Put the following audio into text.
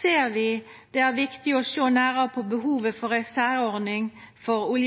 ser vi at det er viktig å sjå nærare på behovet for ei særordning for